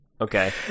Okay